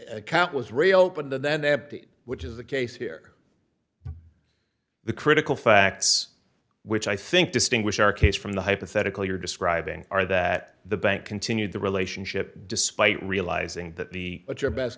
account was reopened and then empty which is the case here the critical facts which i think distinguish our case from the hypothetical you're describing are that the bank continued the relationship despite realizing that the but your best